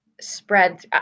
spread